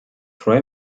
freue